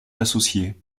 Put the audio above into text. associées